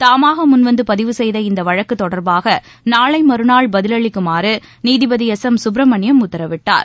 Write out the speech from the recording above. தாமாக முன்வந்து பதிவு செய்த இந்த வழக்கு தொடர்பாக நாளை மறுநாள் பதிலளிக்குமாறு நீதிபதி எஸ் எம் குப்பிரமணியம் உத்தரவிட்டார்